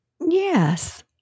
Yes